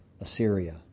Assyria